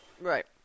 Right